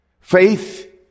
Faith